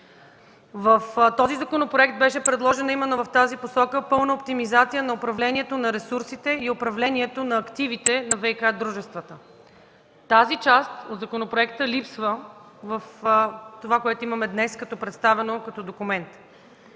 В този законопроект именно в тази посока беше предложена пълна оптимизация на управлението на ресурсите и управлението на активите на ВиК-дружествата. Тази част в законопроекта липсва – в това, което имаме днес представено като документ.